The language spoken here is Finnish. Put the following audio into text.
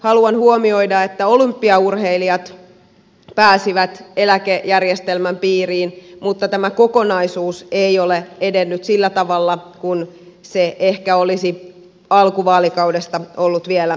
haluan huomioida että olympiaurheilijat pääsivät eläkejärjestelmän piiriin mutta tämä kokonaisuus ei ole edennyt sillä tavalla kuin ehkä olisi alkuvaalikaudesta ollut vielä toivottavaa